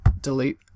delete